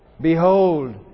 Behold